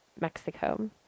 mexico